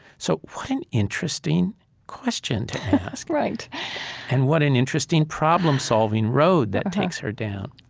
so what an interesting question to ask right and what an interesting problem-solving road that takes her down.